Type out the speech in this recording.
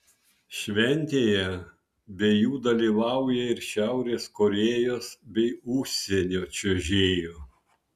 šventėje be jų dalyvauja ir šiaurės korėjos bei užsienio čiuožėjų